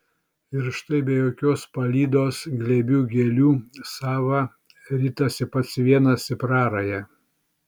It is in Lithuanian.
ir štai be jokios palydos glėbių gėlių sava ritasi pats vienas į prarają